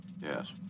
Yes